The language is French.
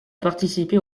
participer